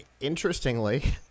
interestingly